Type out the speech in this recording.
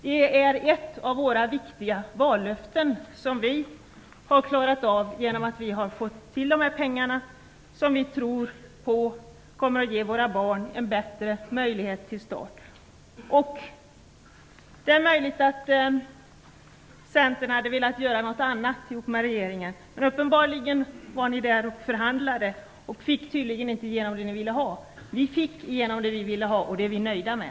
Det är ett av våra viktiga vallöften som vi har infriat genom att vi har lyckats få de här pengarna avsatta till allergisanering. Det kommer att ge våra barn en bättre start i livet. Det är möjligt att Centern hade velat göra någonting annat ihop med regeringen. Uppenbarligen var ni där och förhandlade, men ni fick tydligen inte igenom det ni ville. Vi fick igenom det vi ville, och det är vi nöjda med.